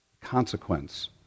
Consequence